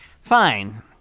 fine